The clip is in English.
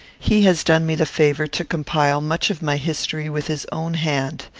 he has done me the favour to compile much of my history with his own hand.